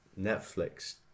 Netflix